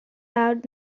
out